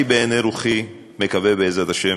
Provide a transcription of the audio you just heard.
אני בעיני רוחי מקווה, בעזרת השם,